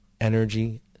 energy